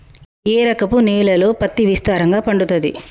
ఏ రకపు నేలల్లో పత్తి విస్తారంగా పండుతది?